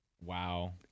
Wow